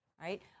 right